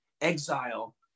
exile